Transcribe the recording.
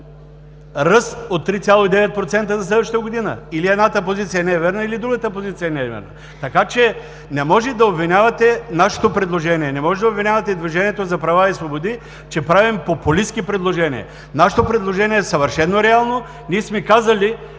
ръст от 3,9% за следващата година?! Или едната позиция не е вярна, или другата. Не може да обвинявате нашето предложение, не можете да обвинявате „Движението за права и свободи“, че прави популистки предложения. Нашето предложение е съвършено реално. Казали